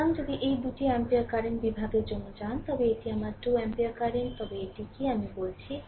সুতরাং যদি এই দুটি অ্যাম্পিয়ার কারেন্ট বিভাগের জন্য যান তবে এটি আমার 2 অ্যাম্পিয়ার কারেন্ট তবে এটি কী আমি বলছি